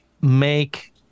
make